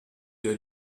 der